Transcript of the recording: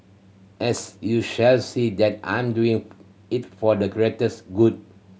as you shall see that I'm doing it for the greater good